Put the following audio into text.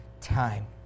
time